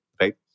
right